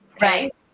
Right